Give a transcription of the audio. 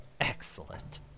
Excellent